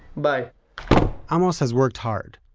bye amos has worked hard,